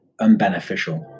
unbeneficial